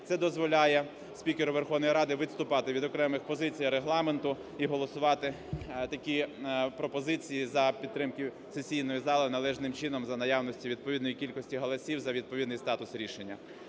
це дозволяє спікеру Верховної Ради відступати від окремих позицій Регламенту і голосувати такі пропозиції за підтримки сесійної зали належним чином за наявності відповідної кількості голосів за відповідний статус рішення.